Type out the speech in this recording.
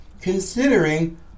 considering